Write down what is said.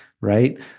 Right